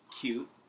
cute